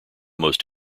most